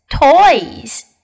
Toys